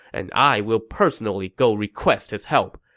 and i will personally go request his help.